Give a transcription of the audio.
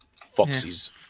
Foxes